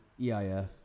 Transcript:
EIF